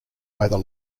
either